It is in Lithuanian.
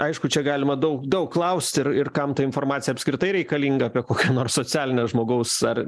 aišku čia galima daug daug klausti ir ir kam ta informacija apskritai reikalinga apie kokią nors socialinę žmogaus ar